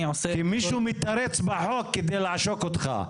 מישהו מתרץ בחוק כדי לעשוק אותך.